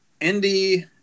Indy